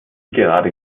gerade